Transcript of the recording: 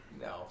No